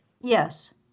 Yes